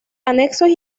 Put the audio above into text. anexos